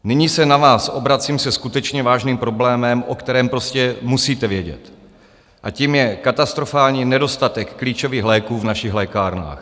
Nyní se na vás obracím se skutečně vážným problémem, o kterém prostě musíte vědět, a tím je katastrofální nedostatek klíčových léků v našich lékárnách.